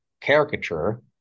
caricature